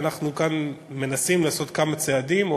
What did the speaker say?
ואנחנו מנסים לעשות כמה צעדים,